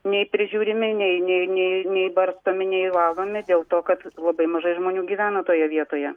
nei prižiūrimi nei nei nei nei barstomi nei valomi dėl to kad labai mažai žmonių gyvena toje vietoje